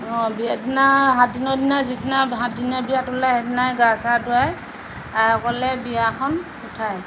অঁ বিয়া দিনা সাতদিনৰ দিনা যিদিনা সাতদিনত বিয়া তোলে সেইদিনাই গা চা ধুৱাই আইসকলে বিয়াখন উঠায়